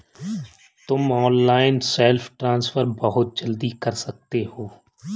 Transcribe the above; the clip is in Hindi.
तुम ऑनलाइन सेल्फ ट्रांसफर बहुत जल्दी कर सकते हो